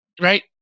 right